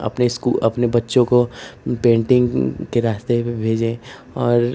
अपने स्कूल अपने बच्चों को पेन्टिन्ग के रास्ते पर भेजें और